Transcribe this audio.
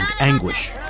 anguish